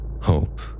Hope